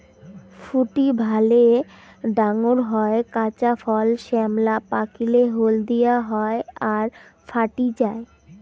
ফুটি ভালে ডাঙর হয়, কাঁচা ফল শ্যামলা, পাকিলে হলদিয়া হয় আর ফাটি যায়